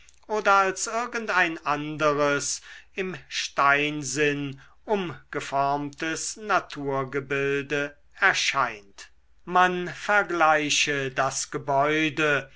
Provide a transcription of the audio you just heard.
oder als irgend ein anderes im steinsinn umgeformtes naturgebilde erscheint man vergleiche das gebäude